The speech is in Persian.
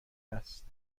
است